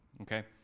okay